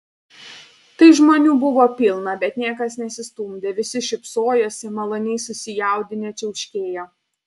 tai žmonių buvo pilna bet niekas nesistumdė visi šypsojosi maloniai susijaudinę čiauškėjo